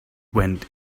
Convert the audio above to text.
went